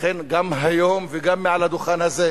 לכן גם היום, וגם מעל הדוכן הזה,